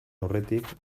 aurretik